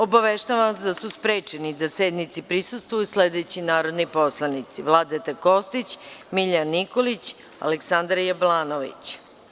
Obaveštavam vas da su sprečeni da sednici prisustvuju sledeći narodni poslanici: Vladeta Kostić, Miljan Nikoli, Aleksandar Jablanović.